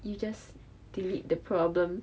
you just delete the problem